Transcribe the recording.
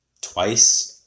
twice